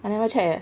I never check eh